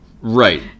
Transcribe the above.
Right